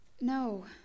No